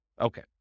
Okay